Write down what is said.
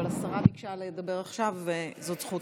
השרה ביקשה לדבר עכשיו, זאת זכותה.